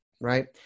right